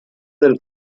del